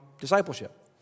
discipleship